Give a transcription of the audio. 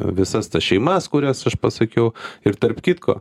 visas tas šeimas kurias aš pasakiau ir tarp kitko